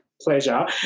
pleasure